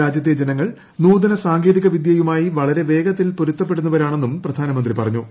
രാജൃത്തെ ജനങ്ങൾ നൂതന സാങ്കേതിക വിദ്യയുമായി വളരെ വേഗത്തിൽ പൊരുത്തപ്പെടുന്നവരാണെന്നും പ്രധാനമന്ത്രി പറഞ്ഞു